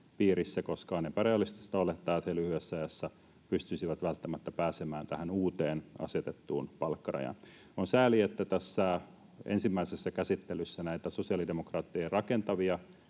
koska on epärealistista olettaa, että he lyhyessä ajassa pystyisivät välttämättä pääsemään tähän uuteen asetettuun palkkarajaan. On sääli, että tässä ensimmäisessä käsittelyssä näitä sosiaalidemokraattien rakentavia